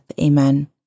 Amen